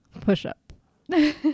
Push-up